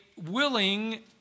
willing